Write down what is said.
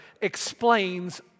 explains